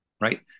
right